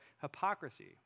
hypocrisy